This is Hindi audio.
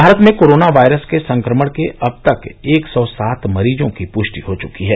भारत में कोरोना वायरस के संक्रमण के अब तक एक सौ सात मरीजों की पृष्टि हो चुकी है